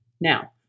Now